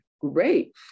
great